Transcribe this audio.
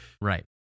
right